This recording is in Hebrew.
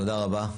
תודה רבה.